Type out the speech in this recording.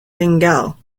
bengal